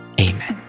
Amen